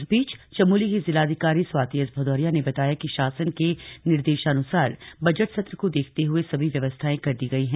इस बीच चमोली की जिलाधिकारी स्वाति एस भदौरिया ने बताया कि शासन के निर्देशानुसार बजट सत्र को देखते हुए सभी व्यवस्थायें कर दी गई है